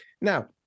Now